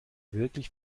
wirklich